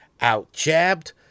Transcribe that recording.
out-jabbed